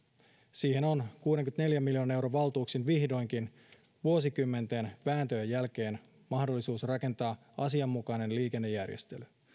siihen on kuudenkymmenenneljän miljoonan euron valtuuksin vihdoinkin vuosikymmenten vääntöjen jälkeen mahdollisuus rakentaa asianmukainen liikennejärjestely